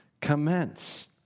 commence